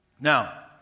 Now